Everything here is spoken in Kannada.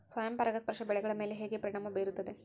ಸ್ವಯಂ ಪರಾಗಸ್ಪರ್ಶ ಬೆಳೆಗಳ ಮೇಲೆ ಹೇಗೆ ಪರಿಣಾಮ ಬೇರುತ್ತದೆ?